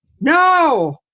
No